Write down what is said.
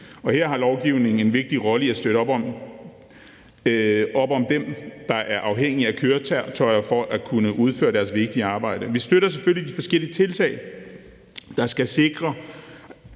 Her har lovgivningen en vigtig rolle i forhold til at støtte op om dem, der er afhængige af køretøjer for at kunne udføre deres vigtige arbejde. Vi støtter selvfølgelig de forskellige tiltag, der skal sikre